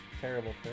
terrible